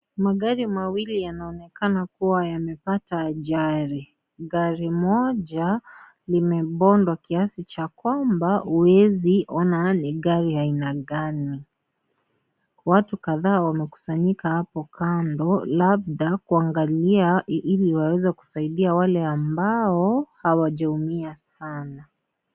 Magari mawili yanaonekana kuwa yamepata ajari. Gari moja limebondwa kiasi cha kwamba huezi ona ni gari aina gani. Watu kadhaa wamekusanyika hapo kando labda kuangalia ili waweze kusaidia wale ambao hawajaumia sana.